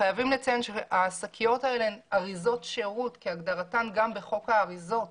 חייבים לציין שהשקיות האלה הן אריזות שירות כהגדרתן גם בחוק האריזות.